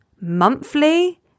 monthly